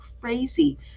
crazy